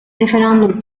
referandum